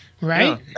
Right